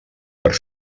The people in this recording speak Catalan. per